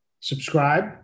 Subscribe